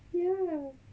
ya